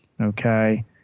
Okay